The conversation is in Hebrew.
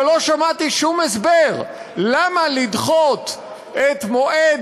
אבל לא שמעתי שום הסבר למה לדחות את מועד